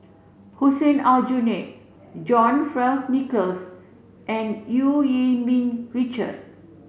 Hussein Aljunied John Fearns Nicolls and Eu Yee Ming Richard